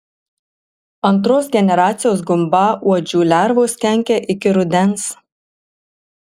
antros generacijos gumbauodžių lervos kenkia iki rudens